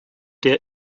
der